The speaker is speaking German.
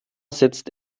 sitzt